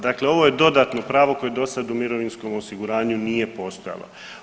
Dakle ovo je dodatno pravo koje dosad u mirovinskom osiguranju nije postojalo.